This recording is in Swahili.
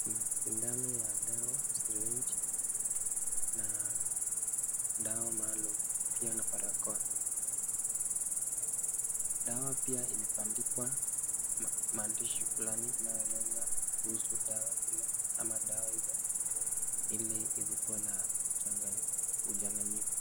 Kuna sindano ya dawa sirinji na dawa maalum pia na barakoa, dawa pia umebandikwa mandishi fulani inyoeleza kuhusu dawa hili ama dawa hizi hili usikue na uchanganyifu.